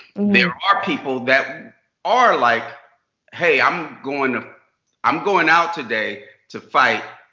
there are people that are like hey, i'm going i'm going out today. to fight.